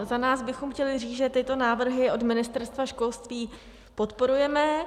Za nás bychom chtěli říct, že tyto návrhy od Ministerstva školství podporujeme.